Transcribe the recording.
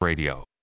Radio